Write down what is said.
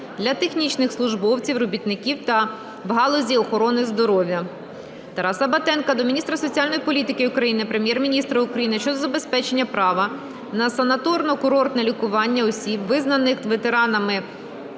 для технічних службовців, робітників в галузі охорони здоров'я. Тараса Батенка до міністра соціальної політики України, Прем'єр-міністра України щодо забезпечення права на санаторно-курортне лікування осіб, визнаних ветеранами